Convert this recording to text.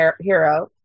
hero